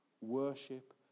worship